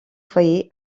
foyer